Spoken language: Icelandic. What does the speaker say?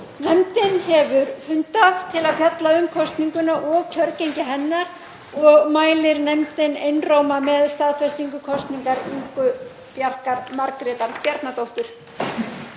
Nefndin hefur fundað til að fjalla um kosninguna og kjörgengi hennar og mælir nefndin einróma með staðfestingu kosningar Ingu Bjarkar Margrétar Bjarnadóttur.